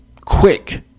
Quick